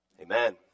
Amen